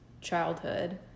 childhood